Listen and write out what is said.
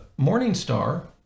Morningstar